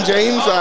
James